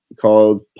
called